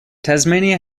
tasmania